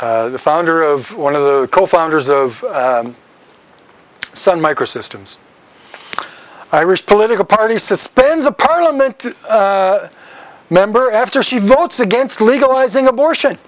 the founder of one of the co founders of sun microsystems irish political party suspends a parliament member after she votes against legalizing abortion